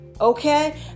Okay